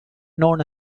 known